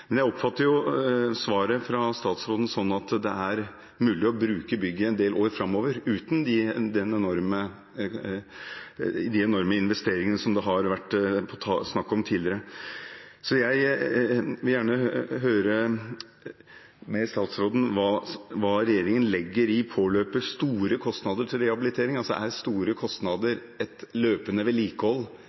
Jeg oppfatter svaret fra statsråden slik at det er mulig å bruke bygget en del år framover uten de enorme investeringene som det har vært snakk om tidligere. Jeg vil gjerne høre med statsråden hva regjeringen legger i «påløper store kostnader til rehabilitering». Er store kostnader et løpende vedlikehold